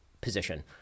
position